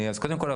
אז קודם כל,